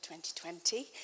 2020